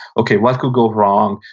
okay. what could go wrong?